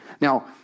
Now